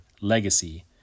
Legacy